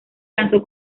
lanzó